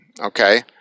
Okay